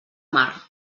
mar